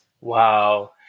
Wow